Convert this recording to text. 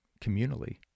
communally